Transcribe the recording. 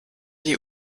die